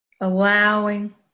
allowing